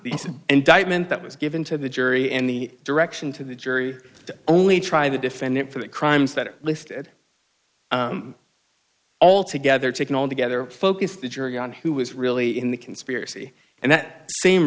the indictment that was given to the jury and the direction to the jury only try the defendant for the crimes that are listed all together taken all together focused the jury on who was really in the conspiracy and that same